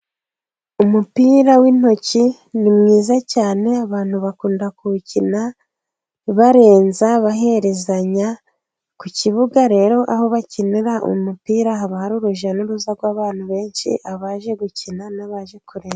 Umupira w'intoki ni mwiza cyane, abantu bakunda kuwukina barenza baherezanya, ku kibuga rero aho bakinira umupira haba hari urujya n'uruza rw'abantu benshi, abaje gukina n'abaje kureba.